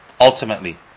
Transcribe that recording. ultimately